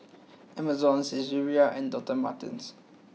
Amazon Saizeriya and Doctor Martens